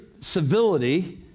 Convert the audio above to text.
civility